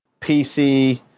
PC